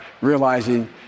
realizing